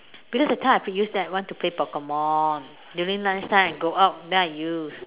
because that time I could use that one to play Pokemon during lunch time I go out and then I use